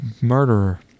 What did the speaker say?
Murderer